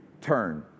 turn